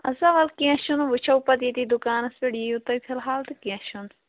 اَدٕ سا وَلہٕ کیٚنٛہہ چھُنہٕ وٕچھو پَتہٕ ییٚتی دُکانَس پٮ۪ٹھ یِیِو تُہۍ فِلحال تہٕ کیٚنٛہہ چھُنہٕ